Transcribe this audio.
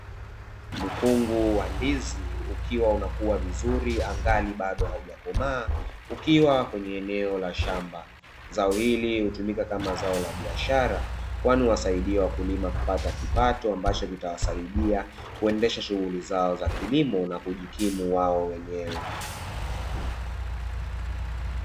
Mkungu wa ndizi, ukiwa unakua vizuri angali bado haujakomaa ukiwa kwenye eneo la shamba. Zao hili hutumika kama zao la biashara, kwani huwasaidia wakulima kupata kipato, ambacho kitawasaidia kuendesha shughuli zao za kilimo na kujikimu wao wenyewe.